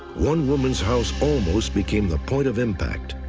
one woman's house almost became the point of impact.